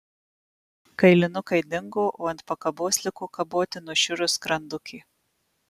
kailinukai dingo o ant pakabos liko kaboti nušiurus skrandukė